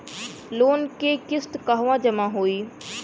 Loan के किस्त कहवा जामा होयी?